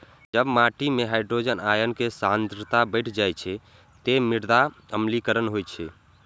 जब माटि मे हाइड्रोजन आयन के सांद्रता बढ़ि जाइ छै, ते मृदा अम्लीकरण होइ छै